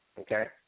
okay